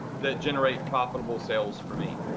that generate profitable sales for me.